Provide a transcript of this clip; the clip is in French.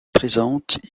présentes